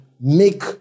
make